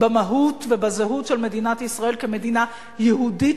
במהות ובזהות של מדינת ישראל כמדינה יהודית